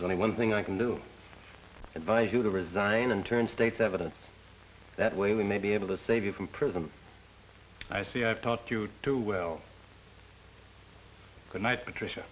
only one thing i can do advise you to resign and turn state's evidence that way we may be able to save you from prison i see i've talked you too well good night patricia